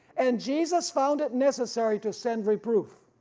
and jesus found it necessary to send reproof.